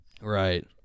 right